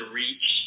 reach